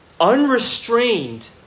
unrestrained